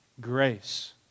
grace